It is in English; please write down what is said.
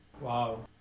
Wow